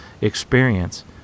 experience